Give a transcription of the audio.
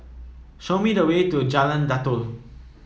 show me the way to Jalan Datoh